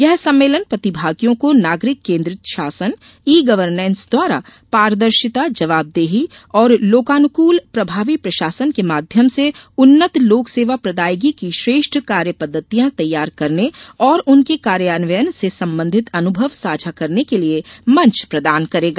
यह सम्मेलन प्रतिभागियों को नागरिक केन्द्रित शासन ई गवर्नेंस द्वारा पारदर्शिता जवाबदेही और लोकानुकूल प्रभावी प्रशासन के माध्यम से उन्नत लोक सेवा प्रदायगी की श्रेष्ठ कार्य पद्धतियां तैयार करने और उनके कार्यान्वयन से संबंधित अनुभव साझा करने के लिए मंच प्रदान करेगा